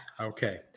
Okay